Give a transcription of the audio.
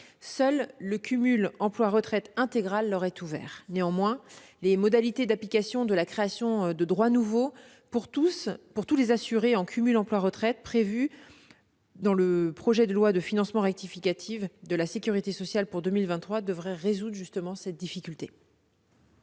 Seul le cumul emploi-retraite intégral leur est ouvert. Néanmoins, les modalités d'application de la création de droits nouveaux pour tous les assurés en cumul emploi-retraite prévues dans le projet de loi de financement rectificative de la sécurité sociale pour 2023 devraient résoudre cette difficulté.